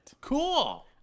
Cool